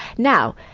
now,